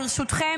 ברשותכם,